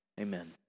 amen